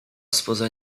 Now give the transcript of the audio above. spoza